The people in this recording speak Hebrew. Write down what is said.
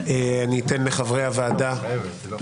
אני אתן לחברי הכנסת